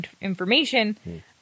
information